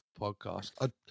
podcast